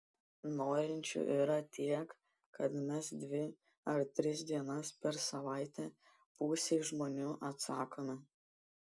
norinčių yra tiek kad mes dvi ar tris dienas per savaitę pusei žmonių atsakome